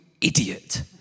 idiot